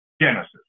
Genesis